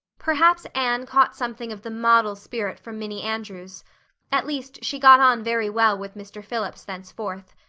perhaps anne caught something of the model spirit from minnie andrews at least she got on very well with mr. phillips thenceforth.